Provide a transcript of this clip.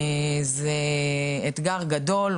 זה אתגר גדול,